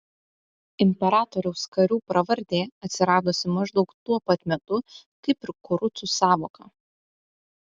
imperatoriaus karių pravardė atsiradusi maždaug tuo pat metu kaip ir kurucų sąvoka